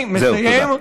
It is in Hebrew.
אני מסיים.